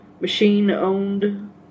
machine-owned